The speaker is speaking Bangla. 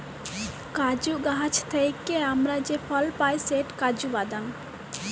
কাজু গাহাচ থ্যাইকে আমরা যে ফল পায় সেট কাজু বাদাম